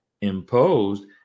imposed